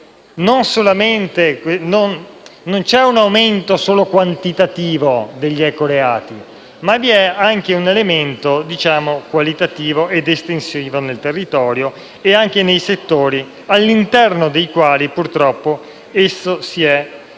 non c'è un aumento solo quantitativo degli ecoreati, ma vi è anche un elemento qualitativo ed estensivo nel territorio e anche nei settori all'interno dei quali, purtroppo, esso si è insediato